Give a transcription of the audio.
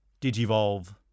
Digivolve